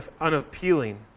unappealing